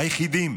היחידים